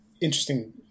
interesting